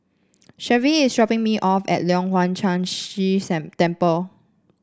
Shelvie is dropping me off at Leong Hwa Chan Si Temple